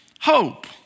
hope